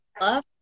love